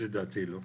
לדעתי לא.